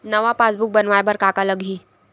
नवा पासबुक बनवाय बर का का लगही?